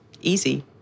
easy